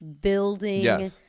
building